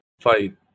fight